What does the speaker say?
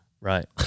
right